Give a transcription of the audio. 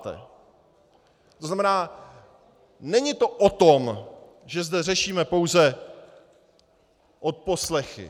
To znamená, není to o tom, že zde řešíme pouze odposlechy.